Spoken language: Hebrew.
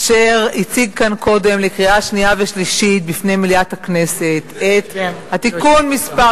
אשר הציג כאן קודם לקריאה שנייה ושלישית בפני מליאת הכנסת את תיקון מס'